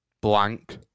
blank